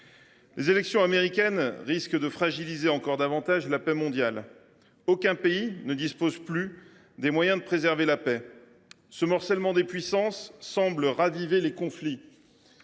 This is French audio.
Les élections américaines risquent de fragiliser encore davantage la paix mondiale. Aucun pays ne dispose plus des moyens de préserver la paix. Ce morcellement des puissances semble raviver les conflits.